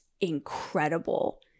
incredible